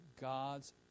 God's